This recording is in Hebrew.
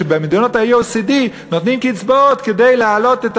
שבמדינות ה-OECD נותנים קצבאות כדי להעלות,